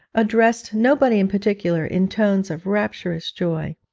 addressed nobody in particular in tones of rapturous joy.